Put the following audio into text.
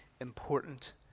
important